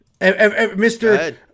Mr